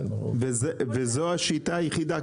וזאת השיטה היחידה.